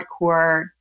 hardcore